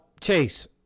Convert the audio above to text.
chase